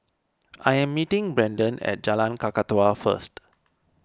I am meeting Brendon at Jalan Kakatua first